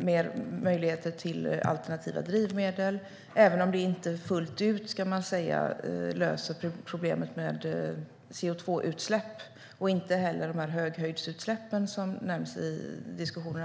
fler möjligheter till alternativa drivmedel, även om det inte fullt ut löser problemet med koldioxidutsläpp och inte heller de höghöjdsutsläpp som nämns i diskussionen.